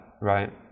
right